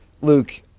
Luke